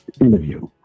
interview